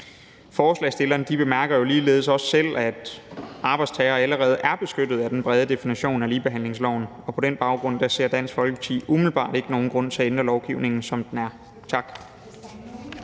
Forslagsstillerne bemærker jo ligeledes også selv, at arbejdstagere allerede er beskyttet af den brede definition i ligebehandlingsloven, og på den baggrund ser Dansk Folkeparti umiddelbart ikke nogen grund til at ændre lovgivningen, som den er. Tak.